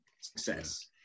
success